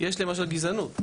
יש למשל גזענות.